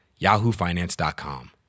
yahoofinance.com